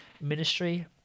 ministry